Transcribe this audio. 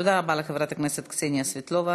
תודה רבה לך, חברת הכנסת קסניה סבטלובה.